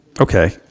Okay